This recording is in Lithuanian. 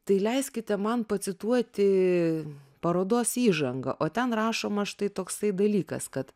tai leiskite man pacituoti parodos įžangą o ten rašoma štai toksai dalykas kad